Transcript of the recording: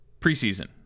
preseason